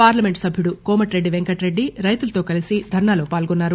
parliament సభ్యుడు కోమటిరెడ్డి పెంకటరెడ్డి రైతులతో కలిసి ధర్సాలో పాల్గొన్నారు